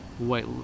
white